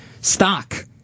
stock